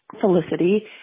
Felicity